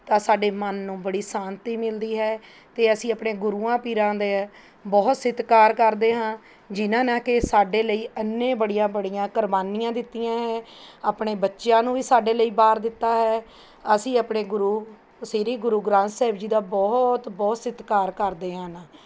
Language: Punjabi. ਤਾਂ ਸਾਡੇ ਮਨ ਨੂੰ ਬੜੀ ਸ਼ਾਂਤੀ ਮਿਲਦੀ ਹੈ ਅਤੇ ਅਸੀਂ ਆਪਣੇ ਗੁਰੂਆਂ ਪੀਰਾਂ ਦੇ ਬਹੁਤ ਸਤਿਕਾਰ ਕਰਦੇ ਹਾਂ ਜਿਨ੍ਹਾਂ ਨਾ ਕਿ ਸਾਡੇ ਲਈ ਐਨੇ ਬੜੀਆਂ ਬੜੀਆਂ ਕੁਰਬਾਨੀਆਂ ਦਿੱਤੀਆਂ ਹੈ ਆਪਣੇ ਬੱਚਿਆਂ ਨੂੰ ਵੀ ਸਾਡੇ ਲਈ ਵਾਰ ਦਿੱਤਾ ਹੈ ਅਸੀਂ ਆਪਣੇ ਗੁਰੂ ਸ਼੍ਰੀ ਗੁਰੂ ਗ੍ਰੰਥ ਸਾਹਿਬ ਜੀ ਦਾ ਬਹੁਤ ਬਹੁਤ ਸਤਿਕਾਰ ਕਰਦੇ ਹਨ